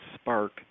spark